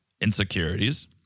insecurities